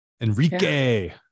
Enrique